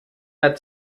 der